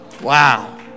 Wow